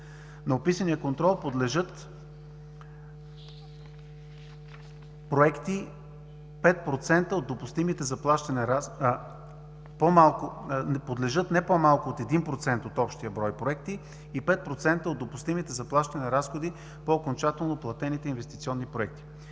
На описания контрол подлежат не по-малко от един процент от общия брой проекти и 5% от допустимите за плащане разходи по окончателно платените инвестиционни проекти.